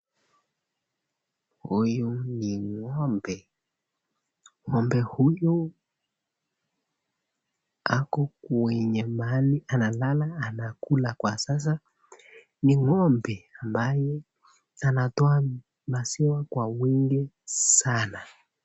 Huyu ni ng'ombe, ng'ombe huyu ako kwenye mahali analala anakula kwa sasa. Ni ng'ombe ambaye anatoa maziwa kwa wingi sana.